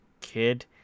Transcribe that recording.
kid